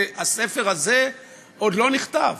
הספר הזה עוד לא נכתב.